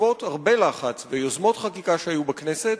בעקבות לחץ רב וגם יוזמות חקיקה שהיו בכנסת,